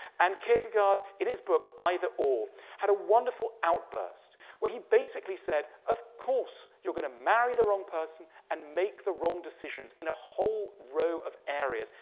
and kierkegaard in his book either or had a wonderful outburst where he basically said, of course, you're going to marry the wrong person and make the wrong decisions in a whole row of areas.